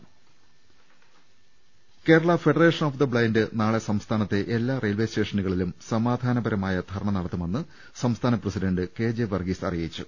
ലലലലലലലലലലലല Kerala federation of the blind നാളെ സംസ്ഥാനത്തെ എല്ലാ റെയിൽവെ സ്റ്റേഷനുകളിലും സമാധാനപരമായ ധർണ്ണ നടത്തുമെന്ന് സംസ്ഥാന പ്രസിഡണ്ട് കെ ജെ വർഗീസ് അറിയിച്ചു